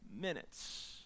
minutes